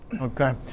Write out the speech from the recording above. Okay